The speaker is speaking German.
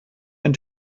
ein